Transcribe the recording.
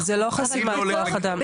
זה לא חסימת כוח אדם.